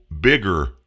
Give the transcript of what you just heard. bigger